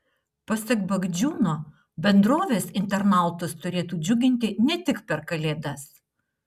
pasak bagdžiūno bendrovės internautus turėtų džiuginti ne tik per kalėdas